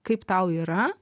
kaip tau yra